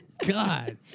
God